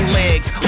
legs